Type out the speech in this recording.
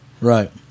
Right